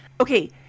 okay